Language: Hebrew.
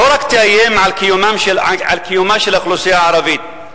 תאיים רק על קיומה של האוכלוסייה הערבית,